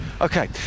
okay